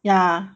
ya